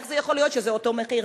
איך יכול להיות שזה אותו מחיר?